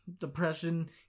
Depression